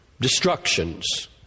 destructions